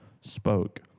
spoke